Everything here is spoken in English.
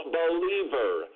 believer